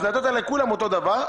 אז נתת לכולם אותו דבר.